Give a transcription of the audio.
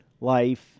life